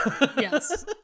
Yes